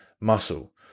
muscle